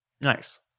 Nice